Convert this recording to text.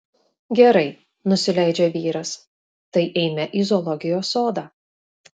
gerai nusileidžia vyras tai eime į zoologijos sodą